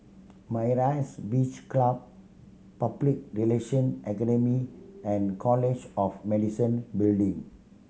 Myra's Beach Club Public Relation Academy and College of Medicine Building